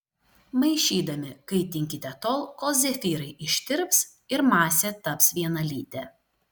maišydami kaitinkite tol kol zefyrai ištirps ir masė taps vienalytė